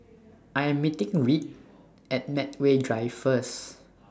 I Am meeting Reed At Medway Drive First